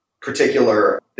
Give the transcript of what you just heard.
particular